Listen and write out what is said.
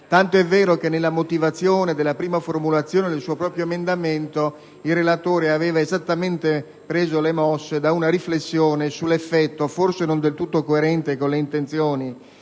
tant'è vero che nella motivazione della prima formulazione del suo emendamento il relatore aveva preso le mosse proprio da una riflessione sull'effetto, forse non del tutto coerente con le intenzioni